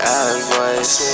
advice